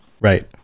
right